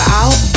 out